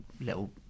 little